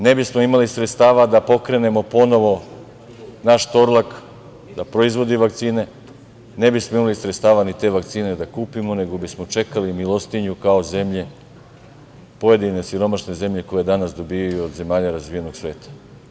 Ne bismo imali sredstava da pokrenemo ponovo naš „Torlak“ da proizvodimo vakcine, ne bismo imali sredstava ni te vakcine da kupimo, nego bismo čekali milostinju kao pojedine siromašne zemlje koje danas dobijaju od zemalja širom sveta.